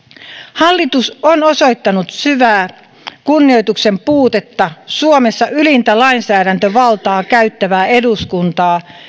hallitus on osoittanut syvää kunnioituksen puutetta suomessa ylintä lainsäädäntövaltaa käyttävää eduskuntaa